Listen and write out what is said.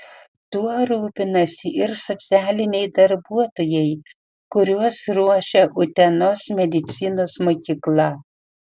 tuo rūpinasi ir socialiniai darbuotojai kuriuos ruošia utenos medicinos mokykla